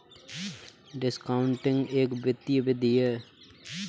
discounting एक वित्तीय विधि है